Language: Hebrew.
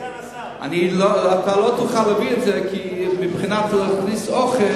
אתה לא תוכל להביא, כי אסור להכניס אוכל